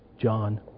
John